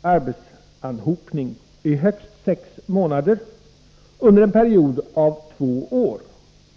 arbetsanhopning i högst sex månader under en period av två år.